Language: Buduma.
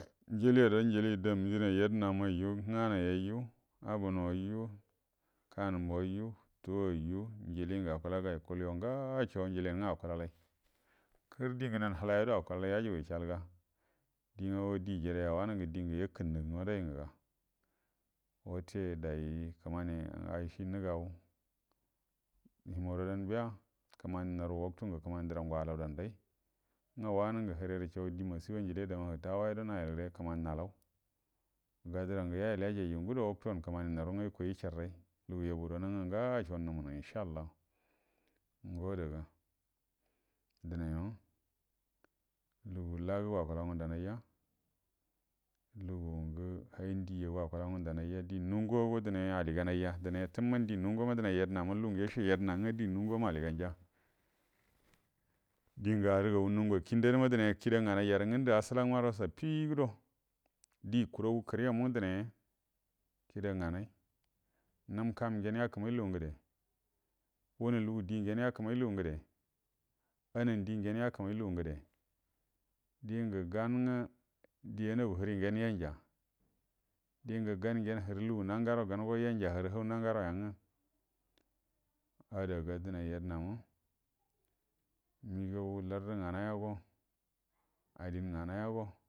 Njiliyadan njili dam yadəmayu nganai yaiju ahunoyiju kanumbu wayi ji towoiju ujili ngu okalajai kuluya ngacho njiliyan nga kulalan kurdi ugu nan halagado akulalai ya gugu ishalga dunago di jireya wanungu di umgu yakunnugu mudai nguga wata dai kumani ayishi nugau himoradah biya kumani nara watku ugu kumaini durango afauda dai nga wan ngu hirerusho di masifa njili ade ma tawayedo nyel de kumani nalau ga durangu yayel yajai ju ugudo watkuwan kumani naru nga ikoi icharrai lugu yabu arana nga ngashe numunu in sha allahu nga adaga dunaima lugu lagugo akula ngunda naija lugu ngu hadijago akula ngundunai ja di nunguwago dine aliganaija dine fumana di nunguwama dinai yadəhaina lungu ya she yudəna nga di nunguma diganja dingu aru gagu wum wakudalwa dine kida nga naijaru ugunda asulan waro shaffido di kuraga kurima mungu dine kida nganai nam kam ngen yakuma lugu ngude wuna luga di ngen yakumai lugu ugude anandi ugen yakumai lugu ngude dingu gan uga di anagu hiri ngenə dine yanja dingu gangen huru narigaro dine yanja huru han nangaro yanga adaga dunai yadənama migan lartu nganuga go adin nganaigago